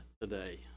today